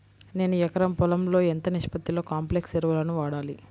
నేను ఎకరం పొలంలో ఎంత నిష్పత్తిలో కాంప్లెక్స్ ఎరువులను వాడాలి?